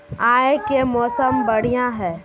आय के मौसम बढ़िया है?